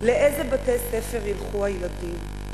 לאיזה בתי-ספר ילכו הילדים?